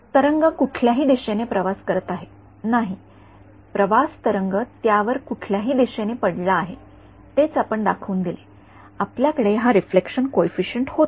तरंग कुठल्याही दिशेने प्रवास करीत आहे नाही प्रवास तरंग त्यावर कुठल्याही दिशेने पडला आहे हेच आपण दाखवून दिले आपल्या कडे हा रिफ्लेक्शन कॉइफिसिएंट होता